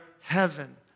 heaven